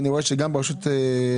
אני רואה שגם ברשות לכבאות